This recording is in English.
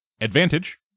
advantage